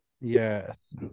Yes